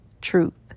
truth